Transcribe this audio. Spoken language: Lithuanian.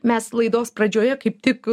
mes laidos pradžioje kaip tik